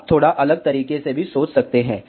आप थोड़ा अलग तरीके से भी सोच सकते हैं